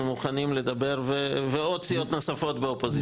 אנחנו מוכנים לדבר וגם עוד סיעות אחרות באופוזיציה.